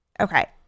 Okay